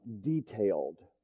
detailed